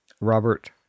Robert